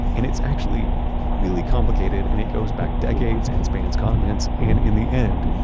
and it's actually really complicated and it goes back decades and spans continents. and in the end,